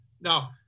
now